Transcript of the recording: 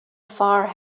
far